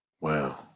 Wow